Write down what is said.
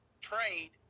trade